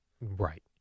Right